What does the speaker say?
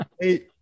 hey